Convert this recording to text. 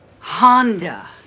Honda